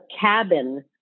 cabin